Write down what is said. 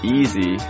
easy